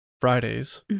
Fridays